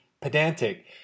pedantic